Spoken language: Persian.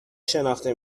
شناخته